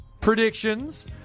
predictions